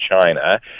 China